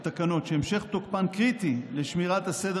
בתקנות שהמשך תוקפן קריטי לשמירת הסדר